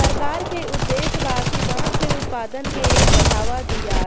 सरकार के उद्देश्य बा कि बांस के उत्पाद के बढ़ावा दियाव